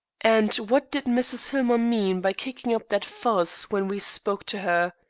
and what did mrs. hillmer mean by kicking up that fuss when we spoke to her?